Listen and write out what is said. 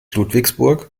ludwigsburg